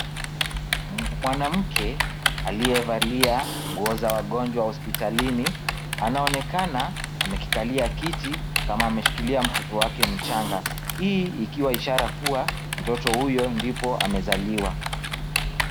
Mwanamke aliyevalia nguo za wagonjwa hospitalini. Anaonekana amekikalia kiti kama ameshikilia mtoto wake mchanga. Hii ikiwa ishara kuwa mtoto huyo ndipo amezaliwa.